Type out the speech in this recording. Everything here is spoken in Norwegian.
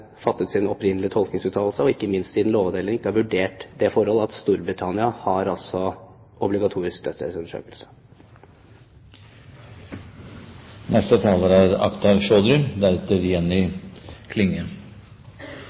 fattet sin opprinnelige tolkningsuttalelse, ikke minst siden Lovavdelingen ikke har vurdert det forhold at Storbritannia har obligatorisk dødsstedsundersøkelse. Det å sikre rettssikkerheten til de aller minste er